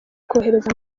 kohereza